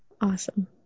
Awesome